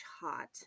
hot